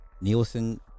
nielsen